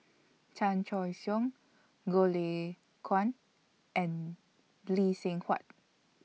Chan Choy Siong Goh Lay Kuan and Lee Seng Huat